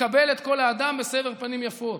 לקבל את כל האדם בסבר פנים יפות.